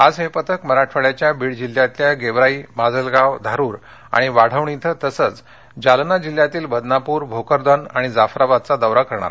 आज हे पथक मराठवाङ्याच्या बीड जिल्ह्यातल्या गेवराई माजलगाव धारुर आणि वाढवणी इथं तसंच जालना जिल्ह्यातील बदनापूर भोकरदन आणि जाफराबादचा दौरा करणार आहे